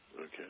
Okay